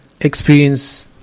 experience